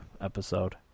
episode